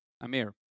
Amir